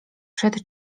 przed